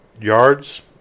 yards